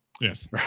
Yes